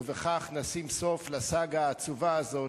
ובכך נשים סוף לסאגה העצובה הזאת,